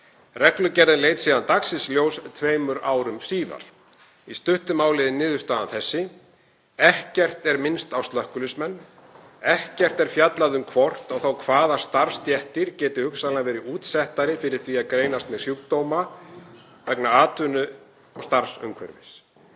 Reglugerðin leit síðan dagsins ljós tveimur árum síðar. Í stuttu máli er niðurstaðan þessi: Ekkert er minnst á slökkviliðsmenn, ekkert er fjallað um hvort og þá hvaða starfsstéttir geti hugsanlega verið útsettari fyrir því að greinast með sjúkdóma vegna starfsumhverfis.